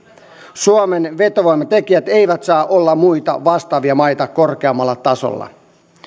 suomen vetovoimatekijät eivät saa olla muita vastaavia maita korkeammalla tasolla